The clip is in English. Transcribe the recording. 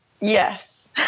Yes